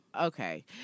Okay